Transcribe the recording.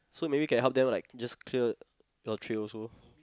so maybe can help them like just clear your tray also